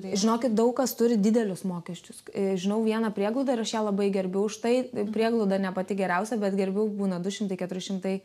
žinokit daug kas turi didelius mokesčius žinau vieną prieglaudą ir aš ją labai gerbiu už tai prieglauda ne pati geriausia bet gerbiu būna du šimtai keturi šimtai